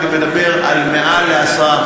ואני מדבר על מעל ל-10%.